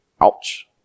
Ouch